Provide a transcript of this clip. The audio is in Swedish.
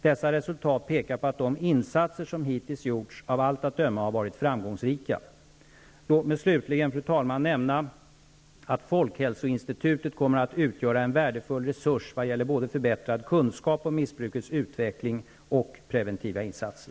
Dessa resultat pekar på att de insatser som hittills gjorts av allt att döma har varit framgångsrika. Låt mig slutligen, fru talman, nämna att folkhälsoinstitutet kommer att utgöra en värdefull resurs vad gäller både förbättrad kunskap om missbrukets utveckling och preventiva insatser.